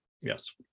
Yes